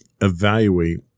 evaluate